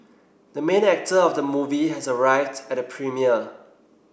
the main actor of the movie has arrived at the premiere